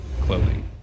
clothing